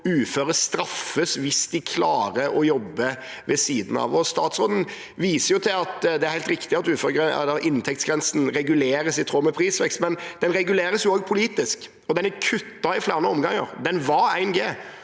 uføre straffes hvis de klarer å jobbe ved siden av. Statsråden viser til, helt riktig, at inntektsgrensen reguleres i tråd med prisvekst, men den reguleres jo også politisk, og den er kuttet i flere omganger. Den var på